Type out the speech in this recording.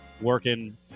working